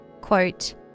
Quote